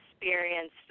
experienced